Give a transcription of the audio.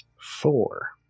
Four